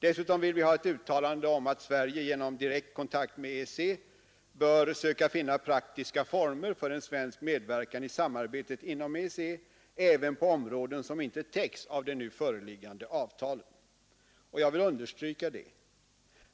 Dessutom vill vi ha ett uttalande om att Sverige genom direkt kontakt med EEC bör söka finna praktiska former för en svensk medverkan i samarbetet inom EEC även på områden som inte täcks av de nu föreliggande avtalen. Jag vill understryka detta.